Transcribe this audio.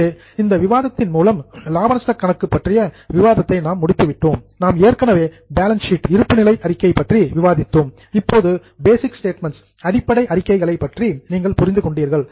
எனவே இந்த விவாதத்தின் மூலம் லாப நஷ்ட கணக்கு பற்றிய விவாதத்தை நாம் முடித்து விட்டோம் நாம் ஏற்கனவே பேலன்ஸ் ஷீட் இருப்புநிலை அறிக்கை பற்றி விவாதித்தோம் இப்போது பேசிக் ஸ்டேட்மெண்ட்ஸ் அடிப்படை அறிக்கைகளை பற்றி நீங்கள் புரிந்து கொண்டீர்கள்